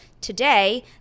Today